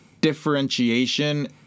differentiation